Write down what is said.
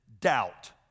doubt